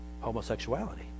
Homosexuality